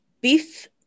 Beef